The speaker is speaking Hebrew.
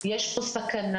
יש פה סכנה,